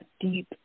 deep